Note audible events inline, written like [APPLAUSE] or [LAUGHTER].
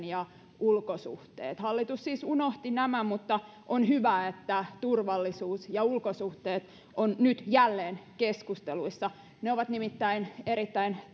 [UNINTELLIGIBLE] ja ulkosuhteet hallitus siis unohti nämä mutta on hyvä että turvallisuus ja ulkosuhteet ovat nyt jälleen keskusteluissa ne ovat nimittäin erittäin